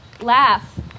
Laugh